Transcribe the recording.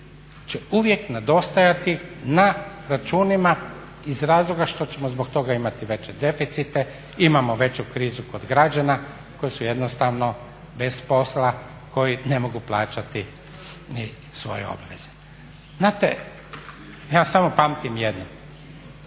će uvijek nedostajati na računima iz razloga što ćemo zbog toga imati veće deficite, imamo veću krizu kod građana koji su jednostavno bez posla, koji ne mogu plaćati ni svoje obveze. Ja samo pamtim jedno,